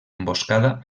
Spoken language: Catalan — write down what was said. emboscada